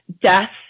death